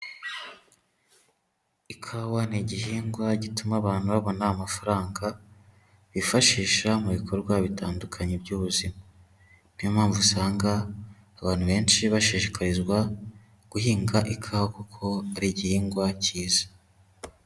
Ikawa ni igihingwa gituma abantu babona amafaranga bifashisha mu bikorwa bitandukanye by'ubuzima, niyo mpamvu usanga abantu benshi bashishikarizwa guhinga ikawa kuko ari igihingwa cyiza.